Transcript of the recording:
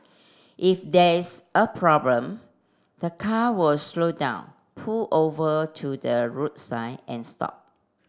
if there is a problem the car was slow down pull over to the roadside and stop